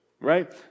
right